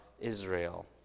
Israel